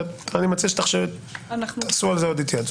אני מציע שתעשו לגבי זה עוד התייעצות.